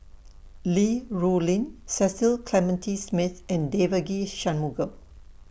Li Rulin Cecil Clementi Smith and Devagi Sanmugam